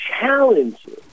challenges